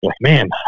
man